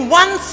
one